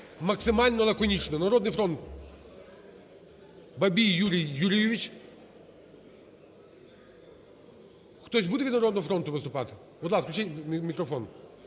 максимально лаконічно. "Народний фронт", Бабій Юрій Юрійович. Хтось буде від "Народного фронту" виступати? Будь ласка, включіть мікрофон.